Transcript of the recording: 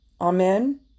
Amen